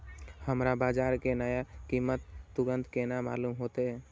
हमरा बाजार के नया कीमत तुरंत केना मालूम होते?